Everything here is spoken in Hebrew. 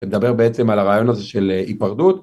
אני מדבר בעצם על הרעיון הזה של היפרדות